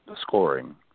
scoring